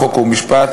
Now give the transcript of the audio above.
חוק ומשפט,